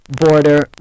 border